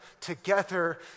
together